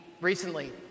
recently